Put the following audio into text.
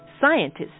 scientists